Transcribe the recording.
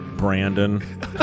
Brandon